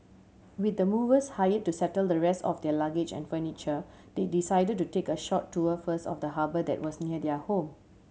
with the movers hired to settle the rest of their luggage and furniture they decided to take a short tour first of the harbour that was near their home